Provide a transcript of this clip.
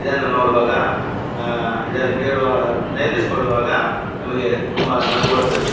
ಇದನ್ನು ನೋಡುವಾಗ ಇದನ್ನು ಕೇಳುವ ನೆನಪಿಸ್ಕೊಳ್ಳುವಾಗ ನಮಗೆ ತುಂಬ ನಗು ಬರ್ತದೆ